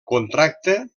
contracte